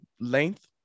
length